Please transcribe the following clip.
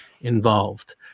involved